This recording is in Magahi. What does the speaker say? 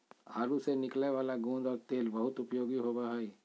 आडू से निकलय वाला गोंद और तेल बहुत उपयोगी होबो हइ